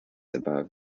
above